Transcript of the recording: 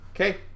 okay